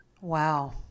Wow